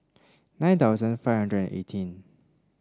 nine thousand five hundred eighteen